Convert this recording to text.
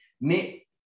mais